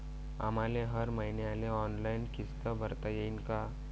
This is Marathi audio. आम्हाले हर मईन्याले ऑनलाईन किस्त भरता येईन का?